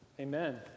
Amen